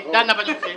הנשיאות דנה בנושא.